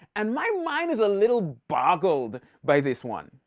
and my mind is a little boggled by this one.